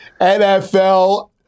NFL